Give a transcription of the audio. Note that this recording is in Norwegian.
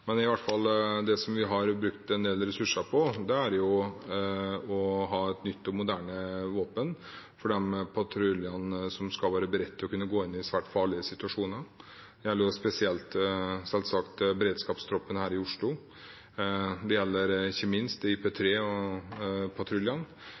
vi brukt en del ressurser på at de patruljene som skal være beredt til å kunne gå inn i svært farlige situasjoner, skal ha nye og moderne våpen. Det gjelder selvsagt spesielt beredskapstroppen her i Oslo. Det gjelder ikke minst